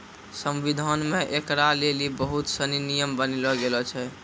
संविधान मे ऐकरा लेली बहुत सनी नियम बनैलो गेलो छै